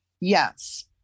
Yes